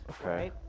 Okay